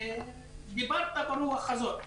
דיברת ברוח הזאת.